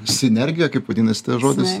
sinergija kaip vadinasi tas žodis